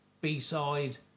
B-side